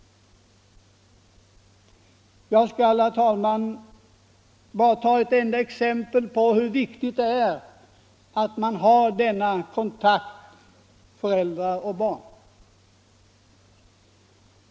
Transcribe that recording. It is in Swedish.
Jag skall, herr talman, ta ett enda exempel på hur viktigt det är att man har denna kontakt mellan föräldrar och barn.